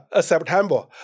September